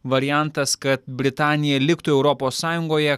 variantas kad britanija liktų europos sąjungoje